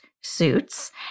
suits